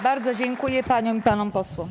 Bardzo dziękuję paniom i panom posłom.